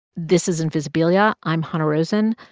this is invisibilia. i'm hanna rosin.